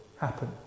happen